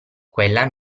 quella